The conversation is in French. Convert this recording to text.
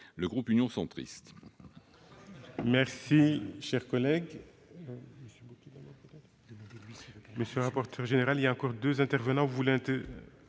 Le groupe Union Centriste